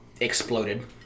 Exploded